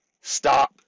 stop